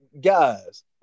guys